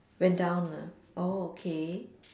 went down ah oh okay